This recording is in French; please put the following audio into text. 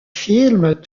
films